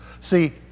See